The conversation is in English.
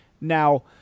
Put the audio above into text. Now